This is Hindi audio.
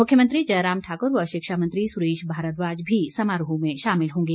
मुख्यमंत्री जयराम ठाक्र व शिक्षामंत्री सुरेश भारद्वाज भी समारोह में शामिल होंगे